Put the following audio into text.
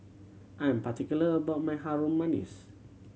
I'am particular about my Harum Manis